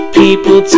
people